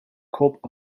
cope